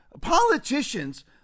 Politicians